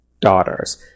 daughters